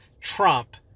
trump